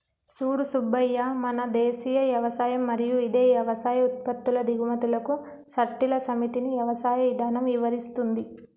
సూడు సూబ్బయ్య మన దేసీయ యవసాయం మరియు ఇదే యవసాయ ఉత్పత్తుల దిగుమతులకు సట్టిల సమితిని యవసాయ ఇధానం ఇవరిస్తుంది